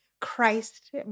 Christ